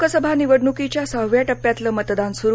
लोकसभा निवडणुकीच्या सहाव्या टप्प्यातलं मतदान सुरू